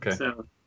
Okay